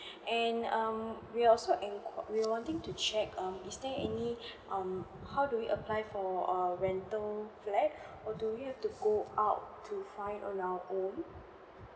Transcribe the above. and um we are also enqui~ we are wanting to check um is there any um how do we apply for err rental flat or do have to go out to find on our own